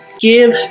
give